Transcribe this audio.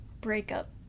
breakup